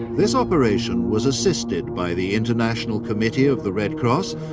this operation was assisted by the international committee of the red cross,